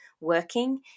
working